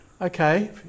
Okay